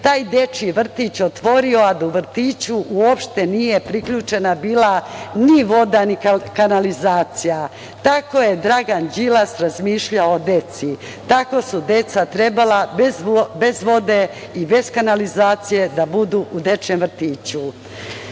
taj dečiji vrtić je otvorio a da u vrtiću uopšte nije priključena bila ni voda, ni kanalizacija. Tako je Dragan Đilas razmišljao o deci. Tako su deca trebala bez vode i bez kanalizacije da budu u dečijem vrtiću. Da